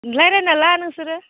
रायज्लायना ला नोंसोरो